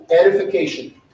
edification